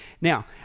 now